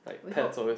we hope